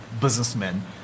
businessmen